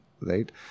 Right